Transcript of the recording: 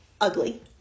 ugly